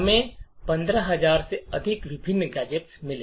हमें 15000 से अधिक विभिन्न गैजेट मिले